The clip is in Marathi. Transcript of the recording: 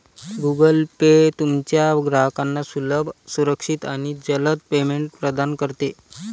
गूगल पे तुमच्या ग्राहकांना सुलभ, सुरक्षित आणि जलद पेमेंट प्रदान करते